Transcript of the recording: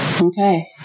Okay